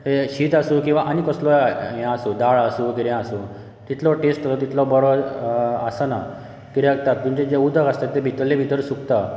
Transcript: तें शीत आसूं किंवां आनी कसलो ये आसूं दाळ आसूं कितेंय आसूं तितलो टेस्ट तितलो आसना कित्याक तातूंतलें जें उदक आसता तें भितरलें भितर सुकता